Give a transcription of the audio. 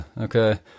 okay